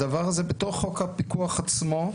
הדבר הזה בתוך חוק הפיקוח עצמו,